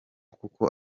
kuko